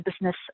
business